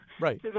Right